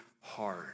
hard